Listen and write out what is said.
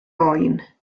oen